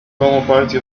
party